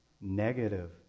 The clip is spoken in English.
negative